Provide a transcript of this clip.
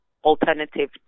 alternative